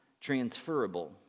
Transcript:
transferable